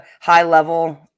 high-level